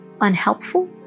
unhelpful